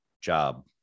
job